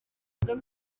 atanu